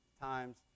Times